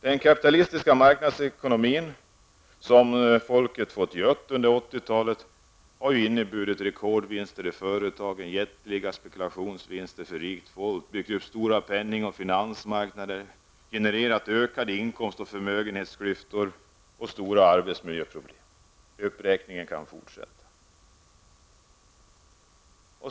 Den kapitalistiska marknadsekonomin, som svenska folket gött under 80-talet, har bl.a. inneburit rekordvinster i företagen och jättelika spekulationsvinster för rikt folk, byggt upp en penning och finansmarknad, genererat ökade inkomst och förmögenhetsklyftor, stora arbetsmiljöproblem m.m. Uppräkningen kan fortsätta.